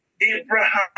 Abraham